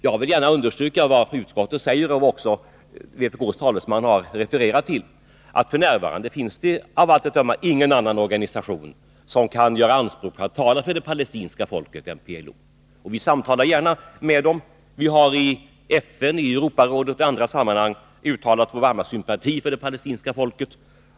Jag vill gärna understryka vad utskottet uttalat och vad vpk:s talesman har refererat till, nämligen att det f. n. av allt att döma inte finns någon annan organisation än PLO som kan göra anspråk på att tala för det palestinska folket. Vi samtalar gärna med representanter för PLO. Vi har i FN och andra sammanhang uttalat vår varma sympati för det palestinska folket.